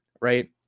right